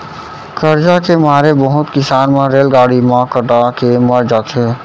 करजा के मारे बहुत किसान मन रेलगाड़ी म कटा के मर जाथें